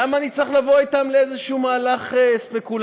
למה אני צריך לבוא אתם לאיזשהו מהלך ספקולטיבי?